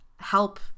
help